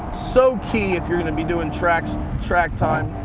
so key if you're going to be doing track so track time.